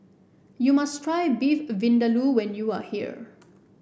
you must try Beef Vindaloo when you are here